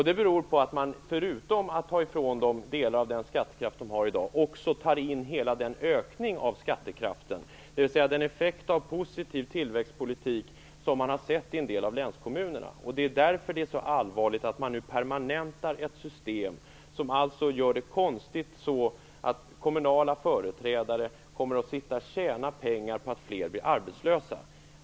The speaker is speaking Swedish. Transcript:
Det beror på att man förutom att ta ifrån dem delar av den skattekraft de har i dag också tar in hela ökningen av skattekraften, dvs. den effekt av positiv tillväxtpolitik som man har sett i en del av länskommunerna. Det är därför det är så allvarligt att man nu permanentar ett system som innebär det konstiga att kommunala företrädare kommer att tjäna pengar på att fler blir arbetslösa.